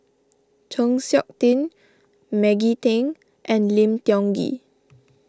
Chng Seok Tin Maggie Teng and Lim Tiong Ghee